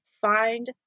find